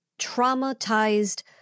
traumatized